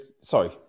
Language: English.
Sorry